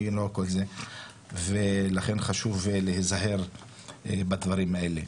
ולכן חשוב להזהר בדברים האלה.